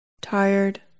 tired